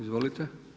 Izvolite.